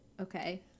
Okay